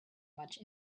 much